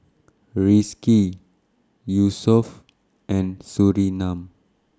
Rizqi Yusuf and Surinam